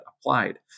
applied